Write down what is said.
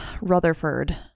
rutherford